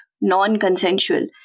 non-consensual